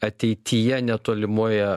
ateityje netolimoje